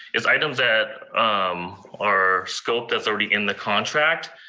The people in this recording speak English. it's items that um are scoped that's already in the contract,